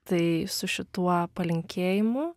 tai su šituo palinkėjimu